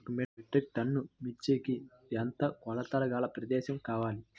ఒక metric ton మిర్చికి ఎంత కొలతగల ప్రదేశము కావాలీ?